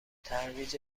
ترویج